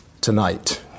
tonight